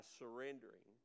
surrendering